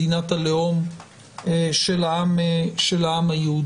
מדינת הלאום של העם היהודי.